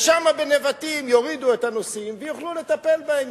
ושם, בנבטים, יורידו את הנוסעים, ויוכלו לטפל בהם.